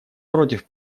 против